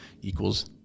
equals